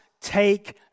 take